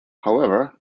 however